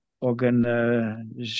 organ